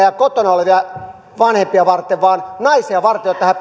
ja kotona olevia vanhempia varten vaan naisia varten jotta he